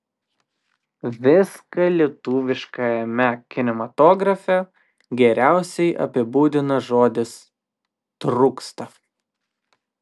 viską lietuviškajame kinematografe geriausiai apibūdina žodis trūksta